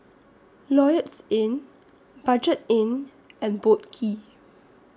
Lloyds Inn Budget Inn and Boat Quay